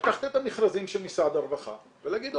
לקחת את המכרזים של משרד הרווחה ולהגיד,